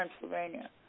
Pennsylvania